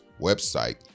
website